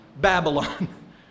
Babylon